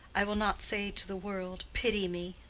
i will not say to the world, pity me